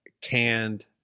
canned